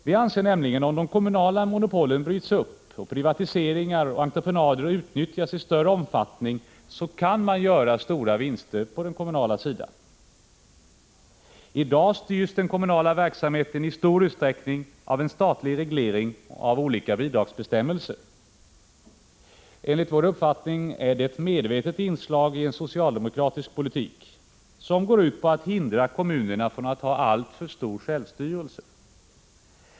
Vi anser nämligen att om de kommunala monopolen bryts upp och privatiseringar och entreprenader utnyttjas i större omfattning, kan man göra stora vinster på den kommunala sidan. I dag styrs den kommunala verksamheten i stor utsträckning av en statlig reglering och av olika bidragsbestämmelser. Enligt vår uppfattning är detta ett medvetet inslag i en socialdemokratisk politik, som går ut på att hindra kommunerna från att ha alltför hög grad av självstyre.